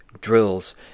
drills